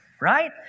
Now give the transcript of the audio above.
right